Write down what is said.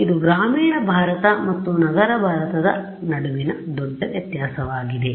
ಇದು ಗ್ರಾಮೀಣ ಭಾರತ ಮತ್ತು ನಗರ ಭಾರತ ನಡುವಿನ ದೊಡ್ಡ ವ್ಯತ್ಯಾಸವಾಗಿದೆ